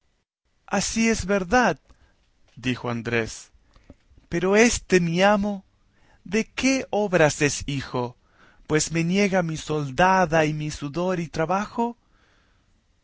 así es verdad dijo andrés pero este mi amo de qué obras es hijo pues me niega mi soldada y mi sudor y trabajo